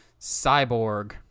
cyborg